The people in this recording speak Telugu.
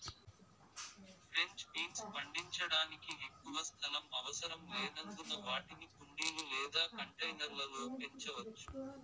ఫ్రెంచ్ బీన్స్ పండించడానికి ఎక్కువ స్థలం అవసరం లేనందున వాటిని కుండీలు లేదా కంటైనర్ల లో పెంచవచ్చు